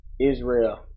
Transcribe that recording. Israel